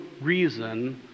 reason